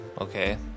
Okay